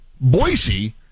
Boise